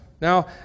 Now